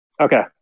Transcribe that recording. Okay